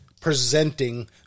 presenting